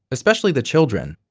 especially the children,